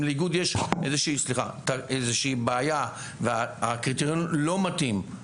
אם יש לאיגוד בעיה והקריטריון לא מתאים,